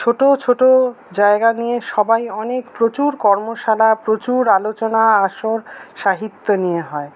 ছোটো ছোটো জায়গা নিয়ে সবাই অনেক প্রচুর কর্মশালা প্রচুর আলোচনা আসর সাহিত্য নিয়ে হয়